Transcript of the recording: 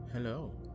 Hello